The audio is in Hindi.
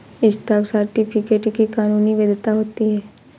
स्टॉक सर्टिफिकेट की कानूनी वैधता होती है